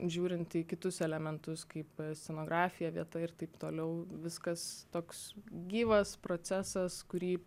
žiūrint į kitus elementus kaip scenografija vieta ir taip toliau viskas toks gyvas procesas kurį